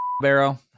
Barrow